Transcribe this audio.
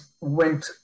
went